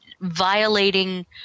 violating